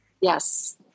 Yes